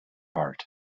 heart